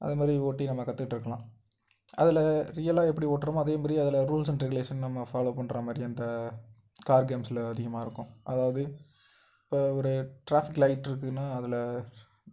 அதை மாதிரி ஓட்டி நம்ம கற்றுக்கிட்டு இருக்கலாம் அதில் ரியலாக எப்படி ஓட்டுறோமோ அதே மாரி அதில் ரூல்ஸ் அண்ட் ரெகுலேஷன் நம்ம ஃபாலோ பண்ணுற மாதிரி அந்த கார் கேம்ஸில் அதிகமா இருக்கும் அதாவது இப்போ ஒரு ட்ராஃபிக் லைட் இருக்குதுன்னா அதில்